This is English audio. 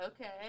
Okay